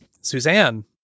Suzanne